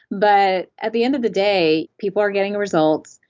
but at the end of the day people are getting results,